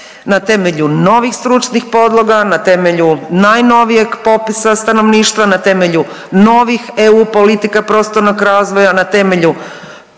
na temelju novih stručnih podloga, na temelju najnovijeg popisa stanovništva, na temelju novih EU politika prostornog razvoja, na temelju